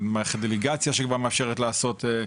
מערכת דלגציה שכבר מאפשרת לעשות,